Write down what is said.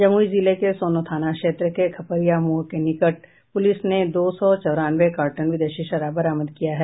जमुई जिले के सोनो थाना क्षेत्र के खपरिया मोड़ के निकट से पुलिस ने दो सौ चौरानवे कार्टन विदेशी शराब बरामद किया है